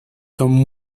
son